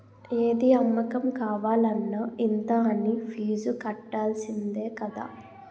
ఏది అమ్మకం కావాలన్న ఇంత అనీ ఫీజు కట్టాల్సిందే కదా